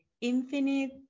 infinite